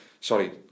Sorry